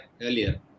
earlier